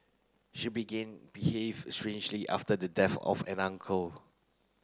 she began behave strangely after the death of an uncle